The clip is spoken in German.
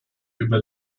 über